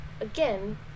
again